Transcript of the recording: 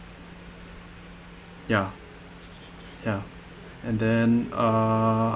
ya ya and then uh